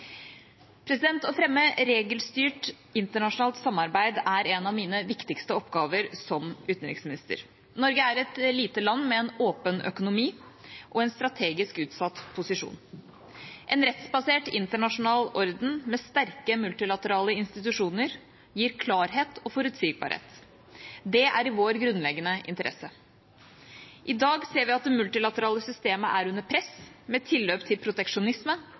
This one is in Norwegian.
Å fremme regelstyrt internasjonalt samarbeid er en av mine viktigste oppgaver som utenriksminister. Norge er et lite land med en åpen økonomi og en strategisk utsatt posisjon. En rettsbasert internasjonal orden med sterke multilaterale institusjoner gir klarhet og forutsigbarhet. Det er i vår grunnleggende interesse. I dag ser vi at det multilaterale systemet er under press med tilløp til proteksjonisme,